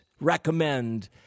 recommend